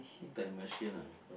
time machine lah